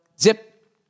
zip